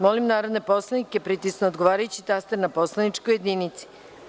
Molim narodne poslanike da pritisnu odgovarajući taster na poslaničkoj jedinici.